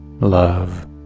love